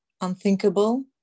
unthinkable